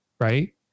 right